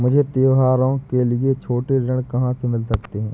मुझे त्योहारों के लिए छोटे ऋण कहाँ से मिल सकते हैं?